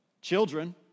children